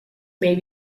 may